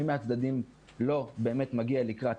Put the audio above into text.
מי מהצדדים לא באמת מגיע לקראת.